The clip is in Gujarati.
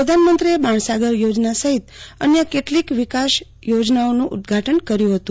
પ્રધાનમંત્રીએ બાણસાગર યોજના સહિત અન્ય કેટલીક વિકાસ યોજન ઓનું ઉદ્ઘાટન કર્યું હતું